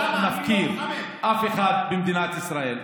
לא נפקיר אף אחד במדינת ישראל,